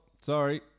sorry